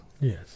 Yes